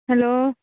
hello